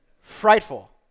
frightful